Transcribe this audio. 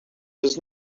does